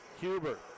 Huber